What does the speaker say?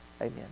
Amen